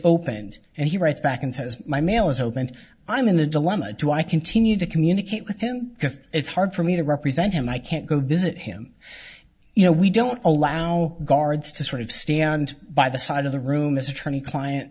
opened and he writes back and says my mail is open i'm in a dilemma do i continue to communicate with him because it's hard for me to represent him i can't go visit him you know we don't allow guards to sort of stand by the side of the room as attorney client